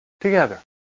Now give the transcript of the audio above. Together